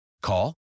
Call